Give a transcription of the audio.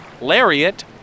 Lariat